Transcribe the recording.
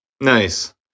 Nice